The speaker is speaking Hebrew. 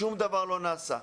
שום דבר לא נעשה.